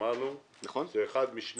רק שני